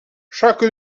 chaque